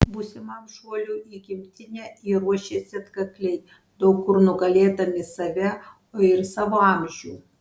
būsimam šuoliui į gimtinę jie ruošėsi atkakliai daug kur nugalėdami save o ir savo amžių